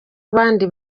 abandi